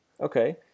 Okay